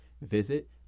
visit